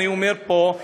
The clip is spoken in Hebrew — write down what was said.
אני אומר פה,